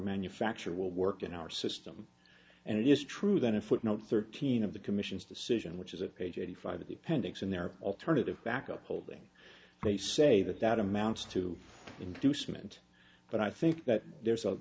manufacture will work in our system and it is true that a footnote thirteen of the commission's decision which is at page eighty five of the appendix and there are alternative backup holding they say that that amounts to inducement but i think that there's a